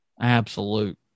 Absolute